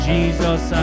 Jesus